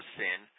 sin